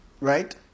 Right